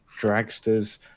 dragsters